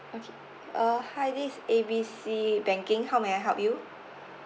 okay err hi this is A B C banking how may I help you